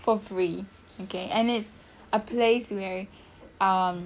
for free okay and it's a place where um